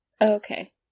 Okay